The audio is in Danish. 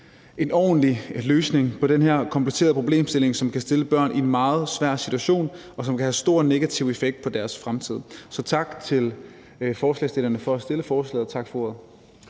en ordentlig løsning på den her komplicerede problemstilling, som kan stille børn i en meget svær situation, og som kan have en stor negativ effekt på deres fremtid. Så tak til forslagsstillerne for at fremsætte forslaget, og tak for ordet.